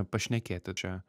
pašnekėti čia